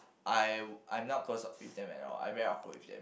I I am not close with them at all I am very awkward with them